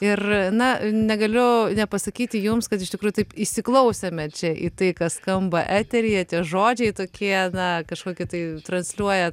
ir na negaliu nepasakyti jums kad iš tikrųjų taip įsiklausėme čia į tai kas skamba eteryje tie žodžiai tokie na kažkokį tai transliuoja